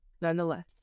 nonetheless